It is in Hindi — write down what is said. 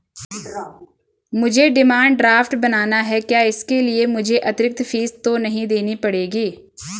मुझे डिमांड ड्राफ्ट बनाना है क्या इसके लिए मुझे अतिरिक्त फीस तो नहीं देनी पड़ेगी?